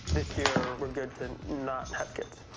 this year, we're good to not have kids,